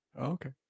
Okay